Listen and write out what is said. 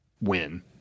win